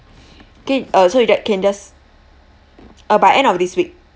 K uh so you just can just uh by end of this week